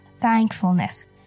thankfulness